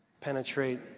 Penetrate